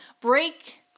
break